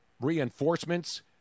reinforcements